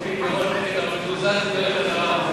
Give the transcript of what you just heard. אבל אני מקוזז עם קארין אלהרר.